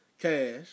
cash